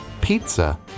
pizza